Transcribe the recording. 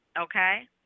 okay